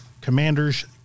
commanders